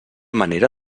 manera